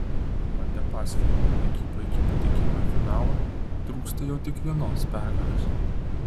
montepaschi ekipai iki patekimo į finalą trūksta jau tik vienos pergalės